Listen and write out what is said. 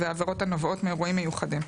ועבירות הנובעות מאירועים מיוחדים.